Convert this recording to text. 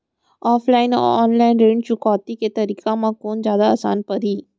Offline अऊ online ऋण चुकौती के तरीका म कोन जादा आसान परही?